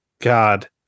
God